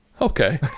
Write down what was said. okay